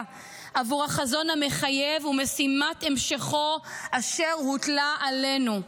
עבור החזון המחייב ומשימת המשכו אשר הוטלה עלינו.